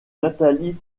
nathalie